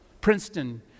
Princeton